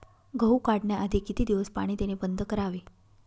गहू काढण्याआधी किती दिवस पाणी देणे बंद करावे?